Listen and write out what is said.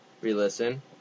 re-listen